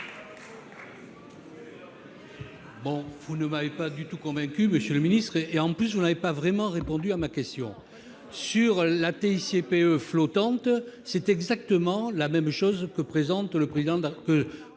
Vous ne m'avez pas du tout convaincu, monsieur le ministre, et de plus, vous n'avez pas vraiment répondu à ma question. La TICPE flottante est exactement identique à ce que propose le Président de